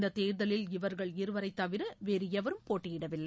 இந்த தேர்தலில் இவர்கள் இருவரை தவிர வேறு எவரும் போட்டியிடவில்லை